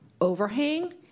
overhang